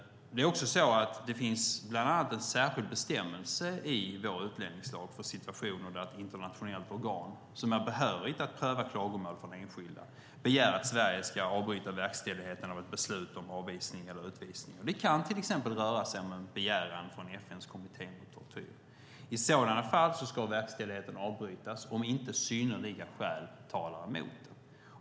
Det finns även bland annat en särskild bestämmelse i vår utlänningslag för situationer där ett internationellt organ som är behörigt att pröva klagomål från enskilda begär att Sverige ska avbryta verkställigheten av ett beslut om avvisning eller utvisning. Det kan till exempel röra sig om en begäran från FN:s kommitté mot tortyr. I sådana fall ska verkställigheten avbrytas om inte synnerliga skäl talar emot.